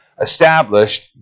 established